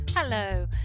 Hello